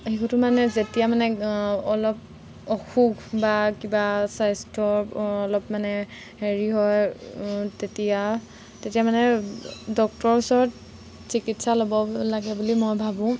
শিশুটো মানে যেতিয়া মানে অলপ অসুখ বা কিবা স্বাস্থ্যৰ অলপ মানে হেৰি হয় তেতিয়া তেতিয়া মানে ডক্তৰৰ ওচৰত চিকিৎসা ল'ব লাগে বুলি মই ভাবোঁ